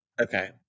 Okay